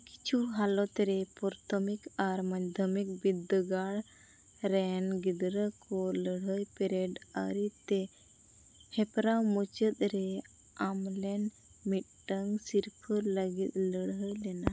ᱠᱤᱪᱷᱩ ᱦᱟᱞᱚᱛ ᱨᱮ ᱯᱨᱟᱛᱷᱚᱢᱤᱠ ᱟᱨ ᱢᱟᱫᱽᱫᱷᱚᱢᱤᱠ ᱵᱤᱫᱽᱫᱟᱹᱜᱟᱲ ᱨᱮᱱ ᱜᱤᱫᱽᱨᱟᱹ ᱠᱚ ᱞᱟᱹᱲᱦᱟᱹᱭ ᱯᱮᱹᱨᱮᱹᱰ ᱟᱹᱨᱤᱛᱮ ᱦᱮᱯᱨᱟᱣ ᱢᱩᱪᱟᱹᱫ ᱨᱮ ᱟᱢᱞᱮᱱ ᱢᱤᱫᱴᱟᱝ ᱥᱤᱨᱯᱟᱹ ᱞᱟᱹᱜᱤᱫ ᱞᱟᱹᱲᱦᱟᱹᱭ ᱞᱮᱱᱟ